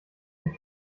sich